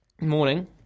Morning